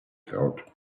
thought